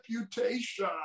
reputation